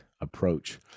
approach